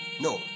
No